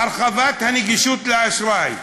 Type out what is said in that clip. הרחבת נגישות האשראי,